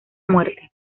muerte